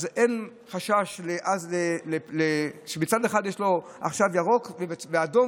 אין חשש שמצד אחד יש לו עכשיו ירוק ואדום,